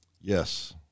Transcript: Yes